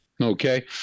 Okay